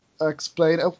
explain